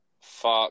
fuck